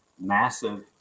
massive